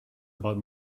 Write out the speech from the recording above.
about